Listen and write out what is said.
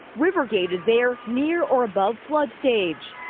river gauges there near or above flood stage.